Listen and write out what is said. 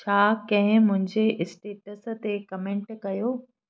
छा कंहिं मुंहिंजे स्टेट्स ते कमेंट कयो